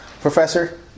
Professor